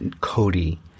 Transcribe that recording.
Cody